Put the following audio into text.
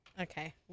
okay